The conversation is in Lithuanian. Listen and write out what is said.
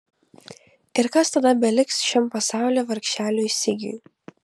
ir kas tada beliks šiam pasaulyje vargšeliui sigiui